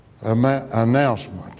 announcement